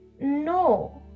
No